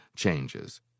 changes